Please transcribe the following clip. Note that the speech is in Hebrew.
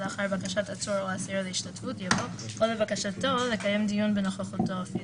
לאחר "בקשת עצור או אסיר להשתתפות" יבוא